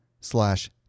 slash